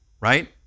right